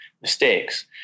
mistakes